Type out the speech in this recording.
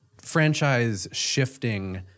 franchise-shifting